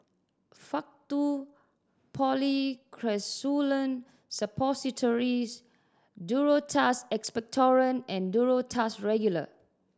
Faktu Policresulen Suppositories Duro Tuss Expectorant and Duro Tuss Regular